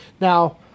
Now